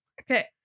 okay